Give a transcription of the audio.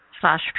slash